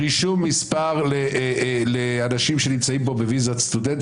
רישום מספר לאנשים שנמצאים פה בוויזת סטודנט,